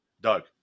Doug